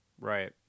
Right